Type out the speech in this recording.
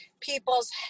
people's